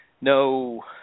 no